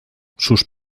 sus